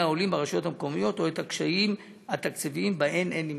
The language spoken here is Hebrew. העולים ברשויות המקומיות או את הקשיים התקציביים שבהם הן נמצאות.